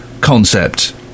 concept